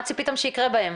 מה ציפיתם שיקרה בהן,